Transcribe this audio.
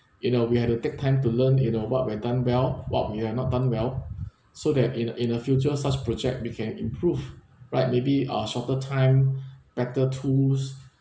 you know we have to take time to learn you know what we've done well what we have not done well so that in a in a future such project we can improve right maybe uh shorter time better tools